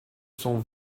cent